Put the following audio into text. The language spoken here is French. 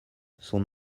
son